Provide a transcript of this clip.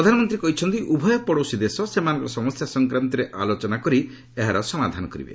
ପ୍ରଧାନମନ୍ତ୍ରୀ କହିଛନ୍ତି ଉଭୟ ପଡୋଶୀ ଦେଶ ସେମାନଙ୍କର ସମସ୍ୟା ସଂକ୍ରାନ୍ତରେ ଆଲୋଚନା କରି ଏହାକୁ ସମାଧାନ କରିପାରିବେ